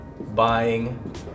buying